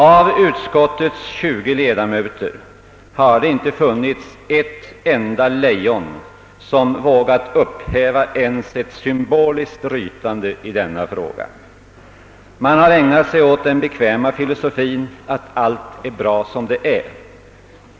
Av utskottets 20 ledamöter har det inte funnits ett enda lejon som vågat upphäva ens ett symboliskt rytande i denna fråga. Man har ägnat sig åt den bekväma filosofin att allt är bra som det är.